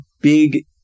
big